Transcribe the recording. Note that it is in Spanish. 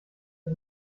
del